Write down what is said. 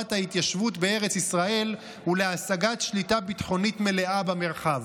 ההתיישבות בארץ ישראל ולהשגת שליטה ביטחונית מלאה במרחב.